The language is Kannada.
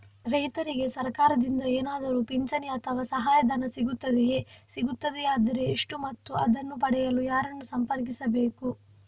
ರೈತರಿಗೆ ಸರಕಾರದಿಂದ ಏನಾದರೂ ಪಿಂಚಣಿ ಅಥವಾ ಸಹಾಯಧನ ಸಿಗುತ್ತದೆಯೇ, ಸಿಗುತ್ತದೆಯಾದರೆ ಎಷ್ಟು ಮತ್ತು ಅದನ್ನು ಪಡೆಯಲು ಯಾರನ್ನು ಸಂಪರ್ಕಿಸಬೇಕು?